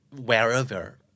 wherever